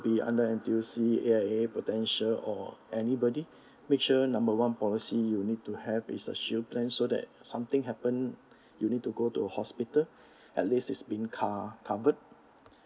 be under N_T_U_C A_I_A Prudential or anybody make sure number one policy you need to have is a shield plan so that something happen you need to go to a hospital at least is being co~ covered